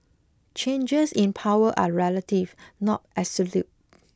changes in power are relative not absolute